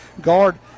Guard